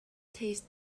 tastes